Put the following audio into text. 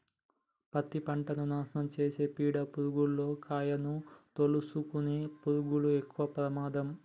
పత్తి పంటను నాశనం చేసే పీడ పురుగుల్లో కాయను తోలుసుకునే పురుగులు ఎక్కవ ప్రమాదం